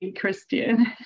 christian